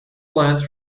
plants